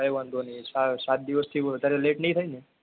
કાઇ વાંધો નહીં સાત દિવસથી વધારે લેટ નહીં થાય ને